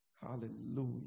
Hallelujah